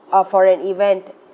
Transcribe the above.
uh for an event